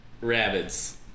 rabbits